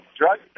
drug